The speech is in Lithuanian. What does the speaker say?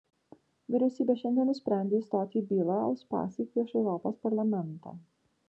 vyriausybė šiandien nusprendė įstoti į bylą uspaskich prieš europos parlamentą